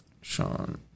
Sean